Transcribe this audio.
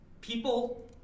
people